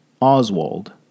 Oswald